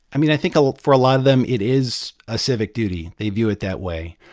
i mean, i think ah for a lot of them, it is a civic duty. they view it that way.